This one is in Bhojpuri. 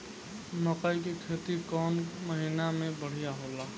मकई के खेती कौन महीना में बढ़िया होला?